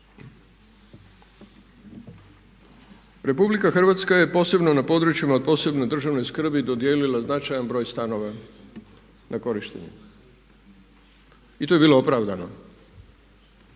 Republika Hrvatska je posebno na područjima od posebne državne skrbi dodijelila značajan broj stanova na korištenje i to je bilo opravdano.